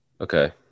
okay